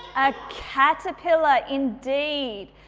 a caterpillar indeed.